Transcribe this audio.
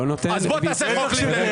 לא נותן לי- -- אז תעשה חוק לזה.